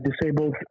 disabled